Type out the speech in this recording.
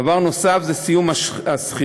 דבר נוסף זה סיום השכירות.